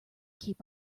keep